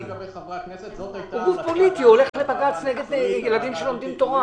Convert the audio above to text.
הוא הולך לבג"ץ נגד ילדים שלומדים תורה.